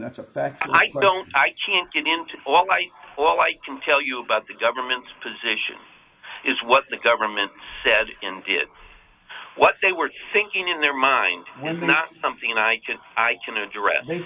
that's a fact i don't i can't get into all night all i can tell you about the government's position is what the government said and did what they were thinking in their mind was not something i can i can address t